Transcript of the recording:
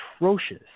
atrocious